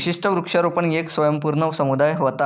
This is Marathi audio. विशिष्ट वृक्षारोपण येक स्वयंपूर्ण समुदाय व्हता